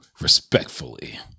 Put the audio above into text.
respectfully